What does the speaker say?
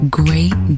great